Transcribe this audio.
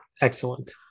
Excellent